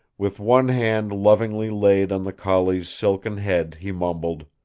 with one hand lovingly laid on the collie's silken head, he mumbled